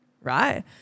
right